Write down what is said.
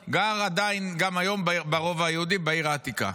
עדיין גר, גם היום, ברובע היהודי בעיר העתיקה.